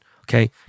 okay